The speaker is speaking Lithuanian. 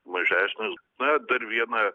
mažesnis na dar viena